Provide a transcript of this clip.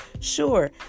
sure